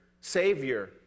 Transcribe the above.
savior